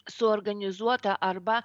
suorganizuota arba